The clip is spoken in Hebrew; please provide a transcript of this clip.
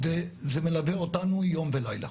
זה מלווה אותנו יום ולילה.